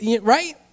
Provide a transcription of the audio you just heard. Right